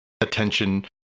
attention